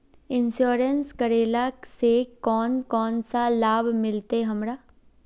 Insurance करेला से कोन कोन सा लाभ मिलते हमरा?